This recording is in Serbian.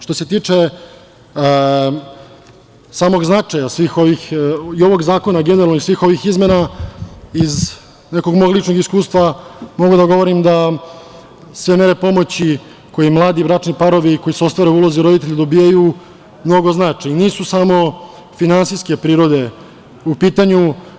Što se tiče samog značaja i ovog zakona i svih ovih izmena, iz nekog mog ličnog iskustva mogu da kažem da se mere pomoći koju mladi bračni parovi koji se ostvare u ulozi roditelja dobijaju mnogo znači i nisu samo finansijske prirode u pitanju.